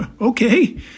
Okay